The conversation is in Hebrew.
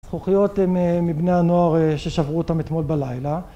זכוכיות מבני הנוער ששברו אותם אתמול בלילה